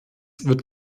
wird